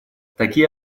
такие